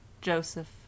Joseph